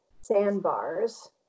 sandbars